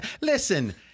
listen